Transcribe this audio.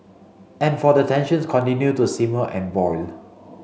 and for the tensions continue to simmer and boil